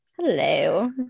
Hello